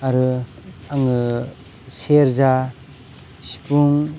आरो आङो सेरजा सिफुं